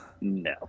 No